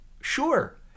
sure